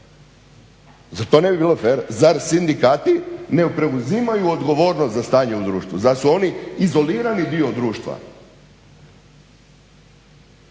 zar to ne bi bilo fer? Zar sindikati ne preuzimaju odgovornost za stanje u društvu, zar su oni izolirani dio društva?